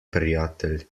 prijatelj